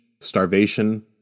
starvation